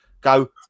go